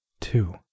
Two